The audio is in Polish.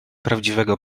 prawdziwego